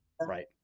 right